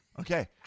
Okay